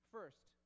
First